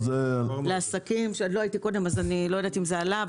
לא הייתי קודם ולכן אני לא יודעת אם זה עלה,